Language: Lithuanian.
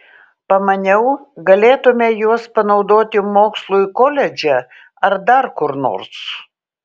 pamaniau galėtumei juos panaudoti mokslui koledže ar dar kur nors